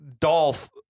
Dolph